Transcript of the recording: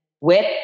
whip